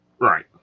right